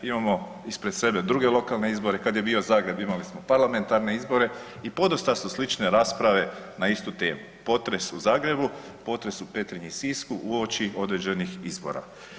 Imamo ispred sebe druge lokalne izbore, kada je bio Zagreb imali smo parlamentarne izbore i podosta su slične rasprave na istu temu, potres u Zagrebu, potres u Petrinji i Sisku uoči određenih izbora.